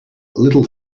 little